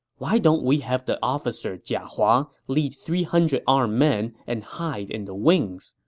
why don't we have the officer jia hua lead three hundred armed men and hide in the wings,